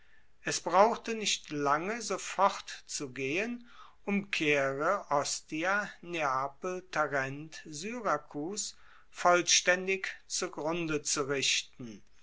es brauchte nicht lange so fortzugehen um caere ostia neapel tarent syrakus vollstaendig zugrunde zu richten